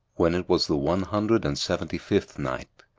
when it was the one hundred and seventy-fifth night,